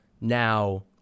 Now